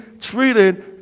treated